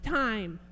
time